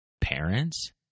parents